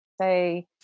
say